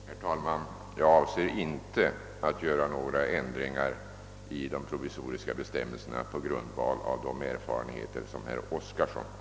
Herr talman! Jag avser inte att göra några ändringar i de provisoriska bestämmelserna på grundval av de erfarenheter som herr Oskarson har.